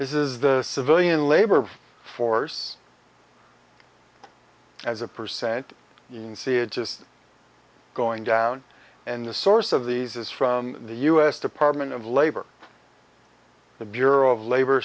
this is the civilian labor force as a percent you can see it just going down and the source of these is from the u s department of labor the bureau of labor